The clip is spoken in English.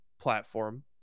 platform